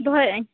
ᱫᱚᱦᱚᱭᱮᱫᱟ ᱧ